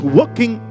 working